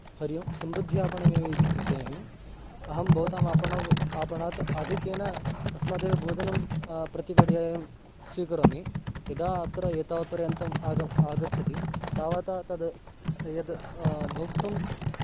हरिः ओं समृद्धिः आपणमेव इति चिन्तयामि अहं भवताम् आपणात् आपणात् आधिक्येन तस्मादेव भोजनं प्रतिपर्यायं स्वीकरोमि यदा अत्र एतावत् पर्यन्तम् आगनम् आगच्छति तावता तद् यद् भोक्तुम्